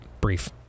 brief